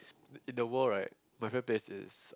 in the world right my friend plays this